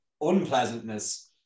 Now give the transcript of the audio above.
unpleasantness